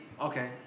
Okay